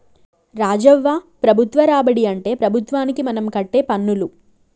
రాజవ్వ ప్రభుత్వ రాబడి అంటే ప్రభుత్వానికి మనం కట్టే పన్నులు